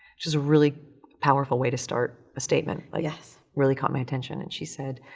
which is a really powerful way to start a statement. like yes. really caught my attention. and she said,